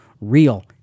real